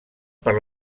per